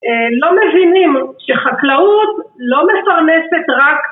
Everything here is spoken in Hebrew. לא מבינים שחקלאות לא מפרנסת רק